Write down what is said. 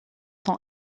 sont